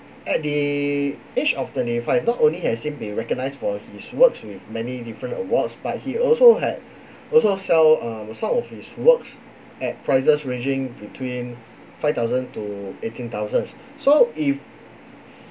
at the age of twenty five not only has he been recognized for his works with many different awards but he also had also sell uh some of his works at prices ranging between five thousand to eighteen thousands so if